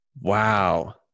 Wow